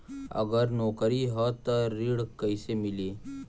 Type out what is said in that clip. अगर नौकरी ह त ऋण कैसे मिली?